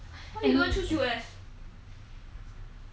I really don't like go ang moh countries sorry